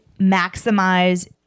maximize